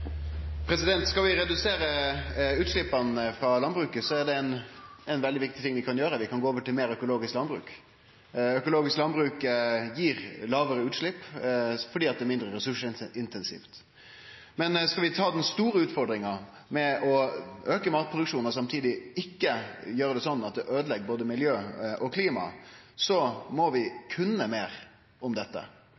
landbruket, er det ein veldig viktig ting vi kan gjere: Vi kan gå over til meir økologisk landbruk. Økologisk landbruk gjev lågare utslepp fordi det er mindre ressursintensivt. Men skal vi ta den store utfordringa med å auke matproduksjonen og samtidig ikkje gjere det sånn at det øydelegg både miljø og klima, må vi